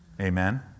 Amen